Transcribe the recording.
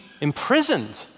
imprisoned